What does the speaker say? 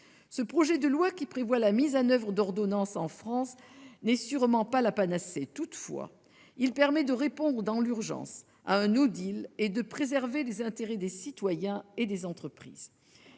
Ce projet de loi, qui prévoit la mise en oeuvre d'ordonnances en France, n'est sûrement pas la panacée. Toutefois, il permet de répondre dans l'urgence à un et de préserver les intérêts des citoyens et des entreprises.